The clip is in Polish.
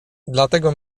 dlatego